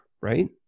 right